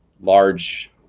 large